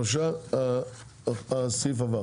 הצבעה בעד 4 נגד 3 אושר.